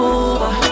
over